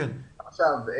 עכשיו,